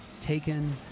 taken